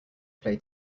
play